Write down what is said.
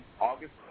August